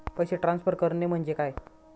पैसे ट्रान्सफर करणे म्हणजे काय?